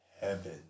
heaven